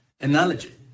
analogy